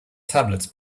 tablets